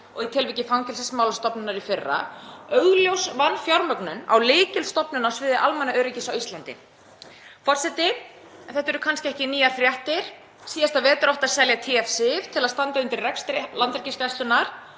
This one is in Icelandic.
og í tilviki Fangelsismálastofnunar í fyrra; augljós vanfjármögnun hjá lykilstofnun á sviði almannaöryggis á Íslandi. Forseti. En þetta eru kannski ekki nýjar fréttir. Síðasta vetur átti að selja TF-SIF til að standa undir rekstri Landhelgisgæslunnar